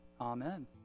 Amen